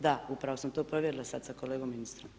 Da, upravo sam to provjerila sad sa kolegom ministrom.